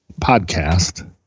podcast